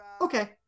Okay